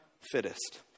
fittest